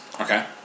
Okay